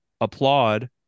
applaud